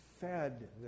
fed